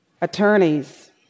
attorneys